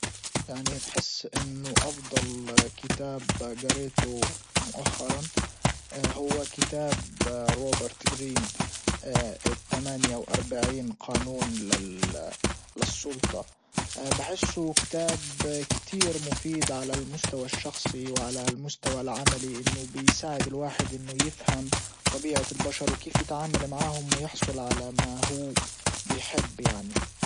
يعني بحس انه افضل كتاب جريته مؤخرا هو كتاب روبرت جرين التمانية واربعين قانون للسلطة بحسوا كتاب اه كتير مفيد على المستوى الشخصي وعلى المستوى العملى انه بيساعد الواحد انه يفهم طبيعة البشر وكيف يتعامل معاهم ويحصل على ما هو بيحب يعني.